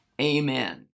amen